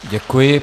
Děkuji.